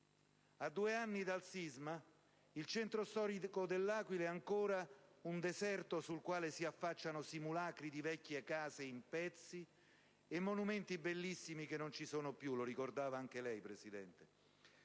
a due anni dal sisma il centro storico dell'Aquila è ancora un deserto sul quale si affacciano simulacri di vecchie case in pezzi e monumenti bellissimi che non ci sono più. Il tessuto sociale ed